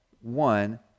one